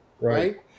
right